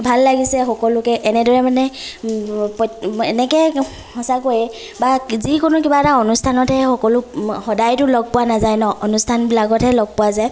ভাল লাগিছে সকলোকে এনেদৰে মানে পইত এনেকৈ সঁচাকৈয়ে বা যিকোনো কিবা এটা অনুষ্ঠানতহে সকলোক সদায়তো লগ পোৱা নাযায় ন অনুষ্ঠানবিলাকতহে লগ পোৱা যায়